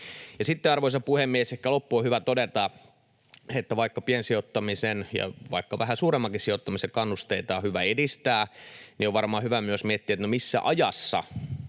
arvoisa puhemies, ehkä loppuun on hyvä todeta, että vaikka piensijoittamisen ja vaikka vähän suuremmankin sijoittamisen kannusteita on hyvä edistää, niin on varmaan hyvä myös miettiä, missä ajassa